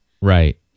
Right